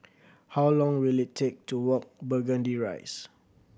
how long will it take to walk Burgundy Rise